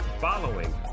following